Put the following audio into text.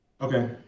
Okay